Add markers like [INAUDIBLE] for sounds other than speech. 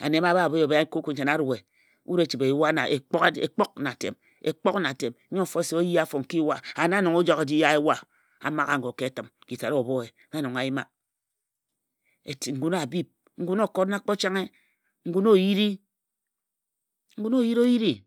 ane mma a bha bhee koko nchane a rue. wut e chibhe e yua e kpok na atem. e kpok na atem. nnyo mfo se o ye afo n ki yue wa. [UNINTELLIGIBLE] an na nong o jak o ji ye yea yue wa. a maghe ago ka etim. nji tat o bhoe. na nong a yima. ngun a bhip ngun okot na kpo changhe. ngun oyiri.